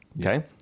Okay